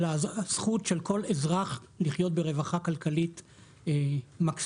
אלא על הזכות של כל אזרח לחיות ברווחה כלכלית מקסימלית.